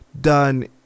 done